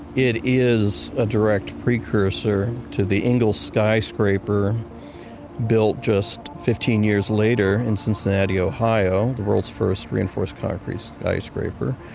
it is a direct precursor to the ingalls skyscraper built just fifteen years later in cincinnati, ohio, the world's first reinforced concrete skyscraper.